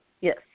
Yes